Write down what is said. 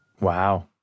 Wow